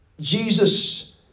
Jesus